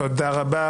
תודה רבה.